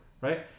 right